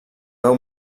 beu